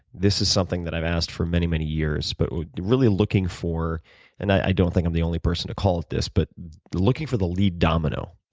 this is something that i've asked for many many years, but really looking for and i don't think i'm the only person to call it this but looking for the lead domino.